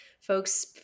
folks